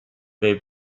bay